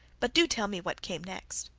but do tell me what came next.